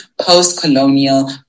post-colonial